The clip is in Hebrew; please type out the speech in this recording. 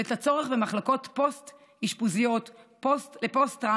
ואת הצורך במחלקות פוסט-אשפוזיות לפוסט-טראומה,